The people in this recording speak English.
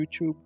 YouTube